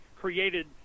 created